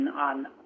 on